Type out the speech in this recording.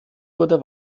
wurde